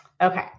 Okay